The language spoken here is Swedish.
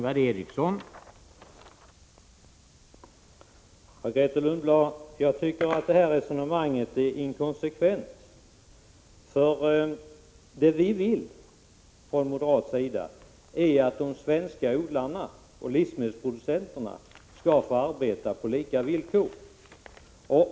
Herr talman! Jag tycker att det här resonemanget är inkonsekvent, Grethe Lundblad. Det vi vill från moderat sida är att de svenska odlarna och livsmedelsproducenterna skall få arbeta på lika villkor.